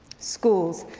schools.